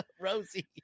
Rosie